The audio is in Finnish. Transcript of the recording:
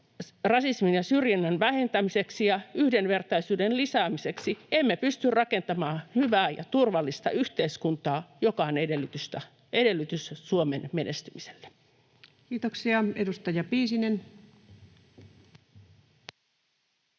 rasismin ja syrjinnän vähentämiseksi ja yhdenvertaisuuden lisäämiseksi emme pysty rakentamaan hyvää ja turvallista yhteiskuntaa, joka on edellytys Suomen menestymiselle. [Speech 308] Speaker: